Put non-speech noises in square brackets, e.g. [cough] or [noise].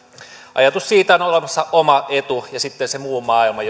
ajatus siitä että on olemassa oma etu ja sitten se muu maailma [unintelligible]